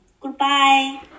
Goodbye